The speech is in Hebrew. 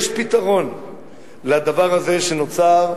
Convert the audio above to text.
יש פתרון לדבר זה שנוצר,